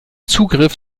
zugriff